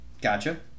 Gotcha